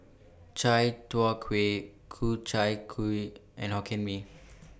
Chai Tow Kuay Ku Chai Kuih and Hokkien Mee